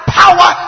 power